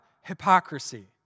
hypocrisy